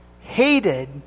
hated